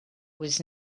was